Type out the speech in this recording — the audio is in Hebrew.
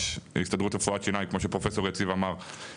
להסתדרות לרפואת שיניים כמו שפרופסור יציב אמר,